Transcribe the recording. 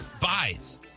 buys